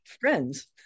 friends